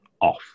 off